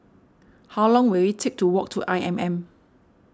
how long will it take to walk to I M M